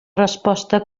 resposta